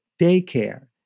daycare